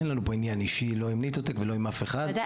אין לנו פה עניין אישי לא עם "ניטו טק" ולא עם אף אחד.